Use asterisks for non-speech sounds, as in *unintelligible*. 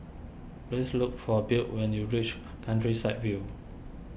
please look for Beau when you reach *unintelligible* Countryside View